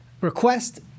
request